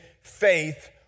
faith